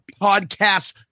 podcast